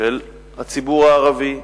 של הציבור הערבי,